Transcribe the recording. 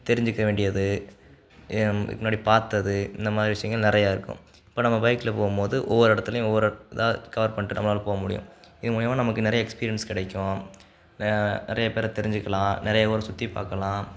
தெரிஞ்சுக்க வேண்டியது இதுக்கு முன்னாடி பார்த்தது இந்த மாதிரி விஷயங்கள் நிறைய இருக்கும் இப்போ நம்ம பைக்கில் போகும்போது ஒவ்வொரு இடத்திலையும் ஒவ்வொரு இதாக கவர் பண்ணிட்டு நம்மளால் போக முடியும் இதன் மூலிமா நமக்கு நிறைய எக்ஸ்பீரியன்ஸ் கிடைக்கும் நிறைய பேரை தெரிஞ்சுக்கலாம் நிறைய ஊர் சுற்றி பார்க்கலாம்